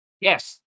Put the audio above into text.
Yes